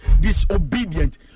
disobedient